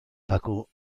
paco